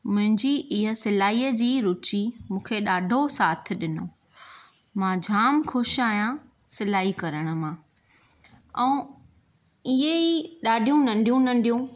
मुंहिंजी ईअ सिलाईअ जी रुची मूंखे ॾाढो साथ ॾिनो मां जाम ख़ुशि आहियां सिलाई करण मां ऐं इएं ई ॾाढियूं नंढियूं नंढियूं